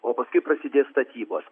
o paskui prasidės statybos